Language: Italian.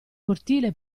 cortile